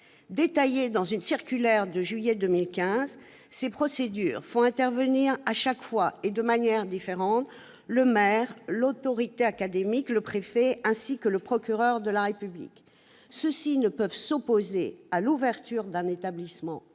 Détaillées dans une circulaire de juillet 2015, ces procédures font intervenir, à chaque fois, et de manière différente, le maire, l'autorité académique, le préfet, ainsi que le procureur de la République. Ces derniers peuvent s'opposer à l'ouverture d'un établissement